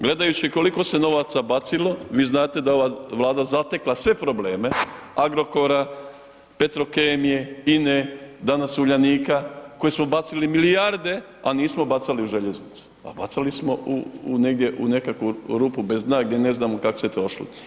Gledajući koliko se novaca bacilo, vi znate da je ova Vlada zatekla sve probleme Agrokora, Petrokemije, INA-e, danas Uljanika u koji smo bacili milijarde, a nismo bacali u željeznicu, a bacali smo negdje, u nekakvu rupu bez dna gdje ne znamo kako se trošilo.